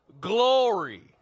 glory